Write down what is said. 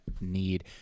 need